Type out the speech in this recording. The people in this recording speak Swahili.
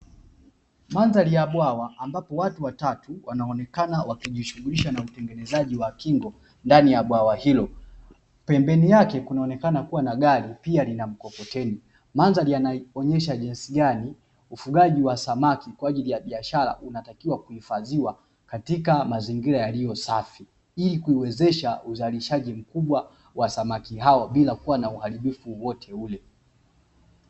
Mandhari ya bwawa ambapo watu watatu wana onekana wakijishugulisha na utengenezaji wa kingo ndani ya bwawa hilo. Pembeni yake kunaonekana kuwa na gari pia na mkokoteni, mandhari yanaonyesha jinsi gani ufugaji wa samaki kwa ajili ya biashara unatakiwa kuhifadhiwa katika mazingira yaliyo safi ili kuwezesha uzalishaji mkubwa wa samaki hao bila kuwa na uharibifu wowote ule.